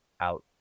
out